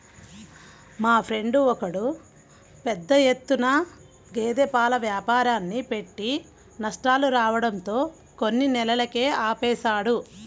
మా ఫ్రెండు ఒకడు పెద్ద ఎత్తున గేదె పాల వ్యాపారాన్ని పెట్టి నష్టాలు రావడంతో కొన్ని నెలలకే ఆపేశాడు